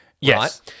Yes